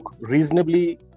reasonably